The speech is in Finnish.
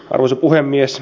arvoisa puhemies